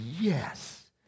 Yes